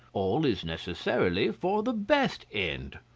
all is necessarily for the best end.